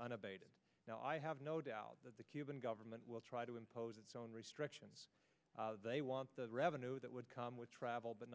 unabated now i have no doubt that the cuban government will try to impose its own restrictions they want the revenue that would come with travel but